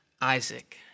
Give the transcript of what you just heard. Isaac